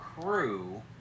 crew